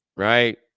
Right